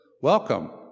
welcome